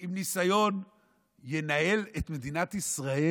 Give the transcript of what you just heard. עם ניסיון ינהל את מדינת ישראל,